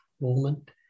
moment